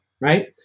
right